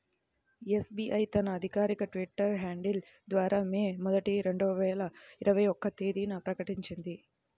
SBI తన అధికారిక Twitter handle ద్వారా మే మొదటి, రెండు వేల ఇరవై ఒక్క తేదీన ప్రకటించింది